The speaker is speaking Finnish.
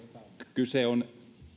kyse on